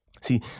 See